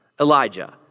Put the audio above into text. Elijah